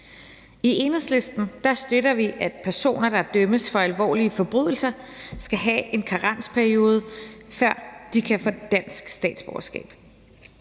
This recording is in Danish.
I Enhedslisten støtter vi, at personer, der dømmes for alvorlige forbrydelser, skal have en karensperiode, før de kan få dansk statsborgerskab,